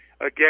again